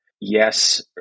Yes